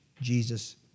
Jesus